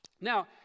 Now